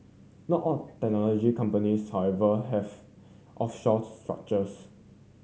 not all technology companies however have offshore structures